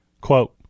Quote